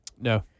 No